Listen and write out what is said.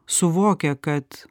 suvokia kad